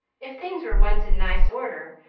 if things were once in nice order,